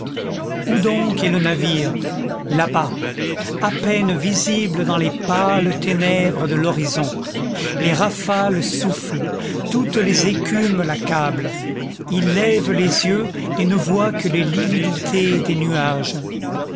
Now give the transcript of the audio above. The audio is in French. où donc est le navire là-bas à peine visible dans les pâles ténèbres de l'horizon les rafales soufflent toutes les écumes l'accablent il lève les yeux et ne voit que les lividités des nuages